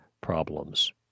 problems